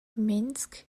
minsk